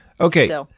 Okay